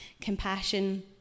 compassion